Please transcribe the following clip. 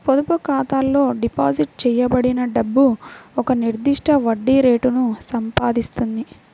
పొదుపు ఖాతాలో డిపాజిట్ చేయబడిన డబ్బు ఒక నిర్దిష్ట వడ్డీ రేటును సంపాదిస్తుంది